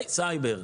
עונים סייבר.